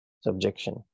subjection